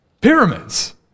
Pyramids